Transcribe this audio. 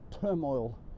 turmoil